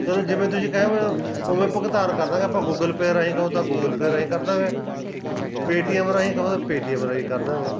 ਅਤੇ ਬਈ ਜਿਵੇਂ ਤੁਸੀਂ ਕਹਿੰਦੇ ਹੋ ਉਵੇਂ ਭੁਗਤਾਨ ਕਰ ਦਾਂਗੇ ਆਪਾਂ ਗੂਗਲ ਪੇਅ ਰਾਹੀਂ ਕਹੋ ਤਾਂ ਗੂਗਲ ਪੇਅ ਰਾਹੀਂ ਕਰ ਦਾਂਗੇ ਪੇਟੀਐੱਮ ਰਾਹੀਂ ਕਹੋ ਤਾਂ ਪੇਟੀਐੱਮ ਰਾਹੀਂ ਕਰ ਦਾਂਗੇ